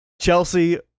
Chelsea